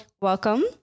welcome